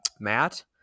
Matt